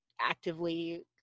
actively